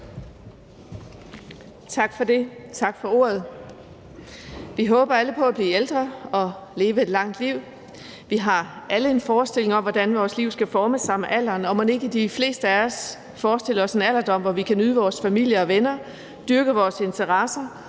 Vind (S): Tak for ordet. Vi håber alle på at blive ældre og leve et langt liv. Vi har alle en forestilling om, hvordan vores liv skal forme sig med alderen, og mon ikke de fleste af os forestiller os en alderdom, hvor vi kan nyde vores familie og venner, dyrke vores interesser